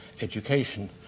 Education